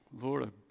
Lord